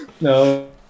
No